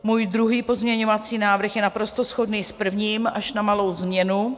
Můj druhý pozměňovací návrh je naprosto shodný s prvním, až na malou změnu.